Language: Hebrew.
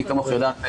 מי כמום יודעת,